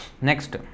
Next